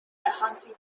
hunting